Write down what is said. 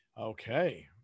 Okay